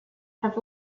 have